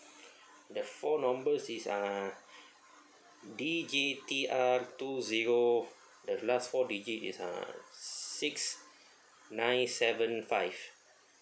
the four numbers is uh D J T R two zero the last four digit is uh six nine seven five